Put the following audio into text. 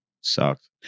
Sucked